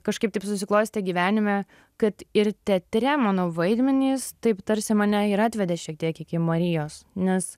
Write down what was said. kažkaip taip susiklostė gyvenime kad ir teatre mano vaidmenys taip tarsi mane ir atvedė šiek tiek iki marijos nes